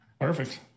Perfect